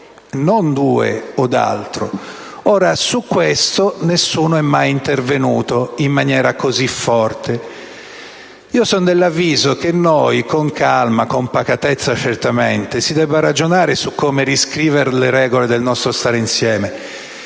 non due o altro; tuttavia, su questo nessuno è mai intervenuto in maniera così forte. Io sono dell'avviso che noi, con calma e certamente con pacatezza, si debba ragionare su come riscrivere le regole nel nostro stare insieme,